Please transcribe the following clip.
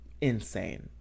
insane